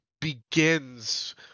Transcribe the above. begins